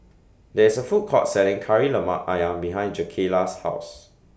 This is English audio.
There IS A Food Court Selling Kari Lemak Ayam behind Jakayla's House